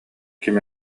ким